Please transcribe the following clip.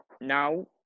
now